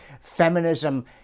feminism